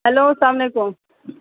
hello السلام علیکُم